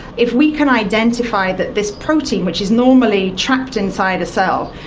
if we can identify that this protein, which is normally trapped inside a cell,